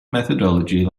methodology